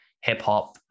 hip-hop